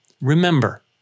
remember